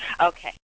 Okay